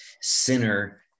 sinner